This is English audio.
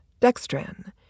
dextran